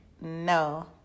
no